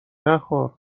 نخور